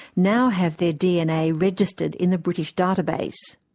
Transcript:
now have their dna registered in the british database.